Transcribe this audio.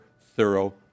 thorough